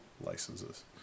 licenses